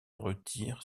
retire